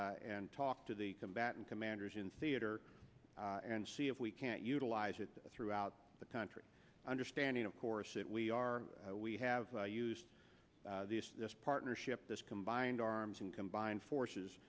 and and talk to the combatant commanders in theater and see if we can't utilize it throughout the country understanding of course that we are we have used this partnership this combined arms and combined forces